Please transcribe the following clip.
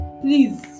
please